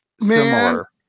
similar